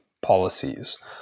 policies